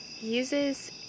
Uses